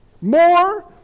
More